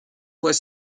fois